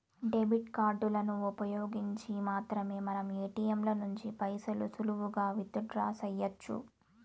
debit కార్డులను ఉపయోగించి మాత్రమే మనం ఏటియంల నుంచి పైసలు సులువుగా విత్ డ్రా సెయ్యొచ్చు